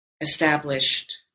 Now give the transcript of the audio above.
established